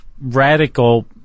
radical